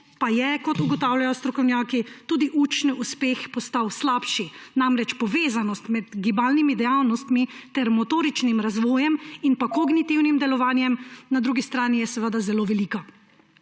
pa je, kot ugotavljajo strokovnjaki, tudi učni uspeh postal slabši. Namreč, povezanost med gibalnimi dejavnostmi ter motoričnim razvojem in kognitivnim delovanjem na drugi strani je seveda zelo velika.